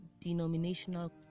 denominational